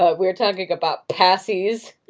ah we're talking about pacie's,